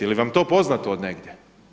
Je li vam to poznato od negdje?